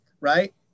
Right